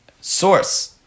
source